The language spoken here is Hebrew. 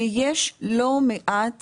שיש לא מעט